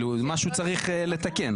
משהו צריך לתקן.